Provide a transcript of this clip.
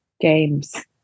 games